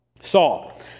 Saul